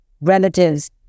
relatives